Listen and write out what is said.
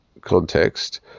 context